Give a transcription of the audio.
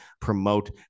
promote